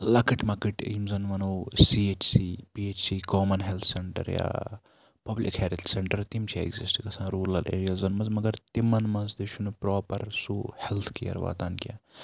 لَکٕٹۍ مَکٕٹۍ یِم زَن وَنو C H C P H C common health centre یا پَبلِک ہیٚلتھ سینٛٹَر تِم چھِ ایکزِسٹہٕ گَژھان روٗرَل ایٚریازَن منٛز تہِ مگر تِمن منٛز تہِ چھُنہٕ سُہ پروپر سُہ ہیٚلتھ کیٚر واتان کینٛہہ